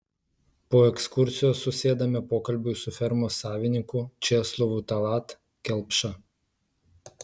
po ekskursijos susėdame pokalbiui su fermos savininku česlovu tallat kelpša